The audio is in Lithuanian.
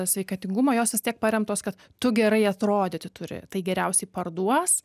sveikatingumo jos vis tiek paremtos kad tu gerai atrodyti turi tai geriausiai parduos